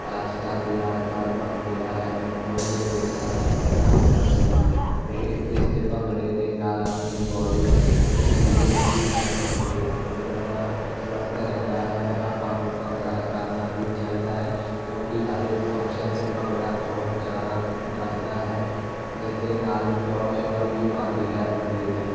ਅੱਜ ਤੱਕ ਯਾਦਗਾਰ ਬਣ ਗਿਆ ਹੈ ਮੁੰਬਈ ਦੇ ਵਿੱਚ ਸਾਡਾ ਭੰਗੜਾ ਹੋਇਆ ਸੀ ਇਹ ਇਸਦੇ ਭੰਗੜੇ ਦੇ ਨਾਲ ਆਪਣੀ ਬਾਡੀ ਲਚਕੀਲੀ ਰਹਿੰਦੀ ਹਨ ਅਤੇ ਬੰਦਾ ਸਵਸਥ ਰਹਿੰਦਾ ਹੈ ਆਪਾਂ ਨੂੰ ਭੰਗੜਾ ਕਰਨਾ ਹੀ ਚਾਹੀਦਾ ਹੈ ਕਿਉਂਕਿ ਹਰ ਇੱਕ ਫੰਕਸ਼ਨ 'ਤੇ ਭੰਗੜਾ ਬਹੁਤ ਜ਼ਿਆਦਾ ਜਚਦਾ ਹੈ ਇਸ ਦੇ ਨਾਲ ਟੋਰ ਸ਼ੋਰ ਵੀ ਬਣਦੀ ਹੈ ਬੰਦੇ ਦੀ